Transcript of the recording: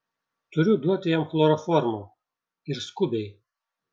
turiu duoti jam chloroformo ir skubiai